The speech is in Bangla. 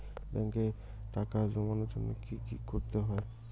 ব্যাংকে টাকা জমানোর জন্য কি কি করতে হয়?